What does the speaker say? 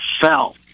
fell